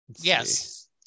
Yes